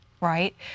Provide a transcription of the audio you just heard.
right